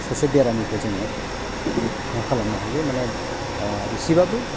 सासे बेरामिखौ जोङो मा खालामनो हायो माने ओ एसेबाबो